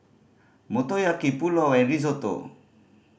Motoyaki Pulao and Risotto